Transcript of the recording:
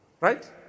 Right